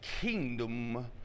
kingdom